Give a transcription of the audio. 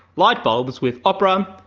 light bulbs with opera,